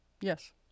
Yes